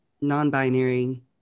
non-binary